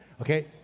Okay